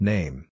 Name